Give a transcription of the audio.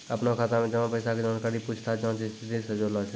अपनो खाता मे जमा पैसा के जानकारी पूछताछ जांच स्थिति से जुड़लो छै